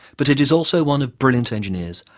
but it is also one of brilliant engineers,